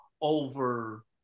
over